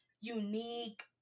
unique